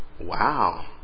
Wow